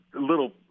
little